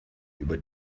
über